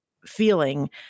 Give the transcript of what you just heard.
Feeling